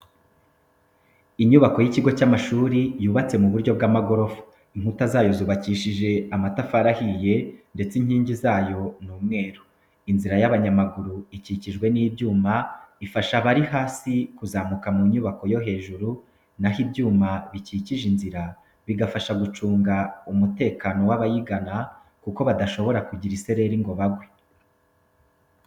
Inyubako y'ikigo cy'amashuri yubatse mu buryo bw'amagorofa, inkuta zayo zubakishije amatafari ahiye ndetse inkingi zayo ni umweru. Inzira y'abanyamaguru ikikijwe n'ibyuma ifasha abari hasi kuzamuka mu nyubako yo hejuru na ho ibyuma bikikije inzira bigafasha gucunga umukano w'abayigana kuko badashobora kugira isereri ngo bagwe.